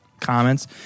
comments